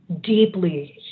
deeply